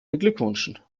beglückwünschen